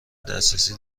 دسترسی